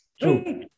True